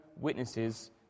witnesses